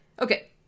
Okay